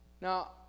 Now